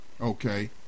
Okay